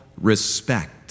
respect